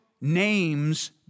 names